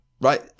Right